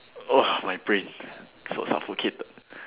oh my brain so suffocated